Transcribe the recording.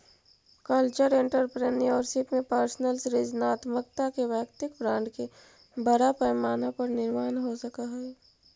cultural entrepreneurship में personal सृजनात्मकता के वैयक्तिक ब्रांड के बड़ा पैमाना पर निर्माण हो सकऽ हई